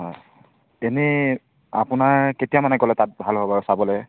হয় এনেই আপোনাৰ কেতিয়ামানে গ'লে তাত ভাল হ'ব বাৰু চাবলৈ